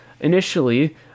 initially